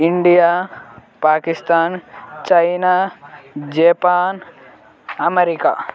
India Pakistan China Japan America